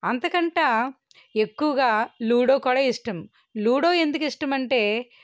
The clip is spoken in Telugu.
అంతకన్నా ఎక్కువగా లూడో కూడా ఇష్టం లూడో ఎందుకు ఇష్టం అంటే